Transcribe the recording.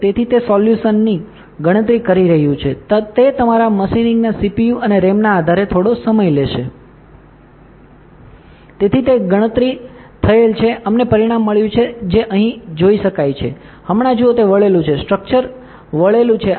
તેથી તે સોલ્યુશનની ગણતરી કરી રહ્યું છે તે તમારા મેશિંગના સીપીયુ અને રેમના આધારે થોડો સમય લેશે તેથી તે ગણતરી થયેલ છે અમને પરિણામ મળ્યું છે જે તમે અહીં જોઈ શકો છો હમણાં જુઓ તે વળેલું છે સ્ટ્રક્ચર વળેલું છે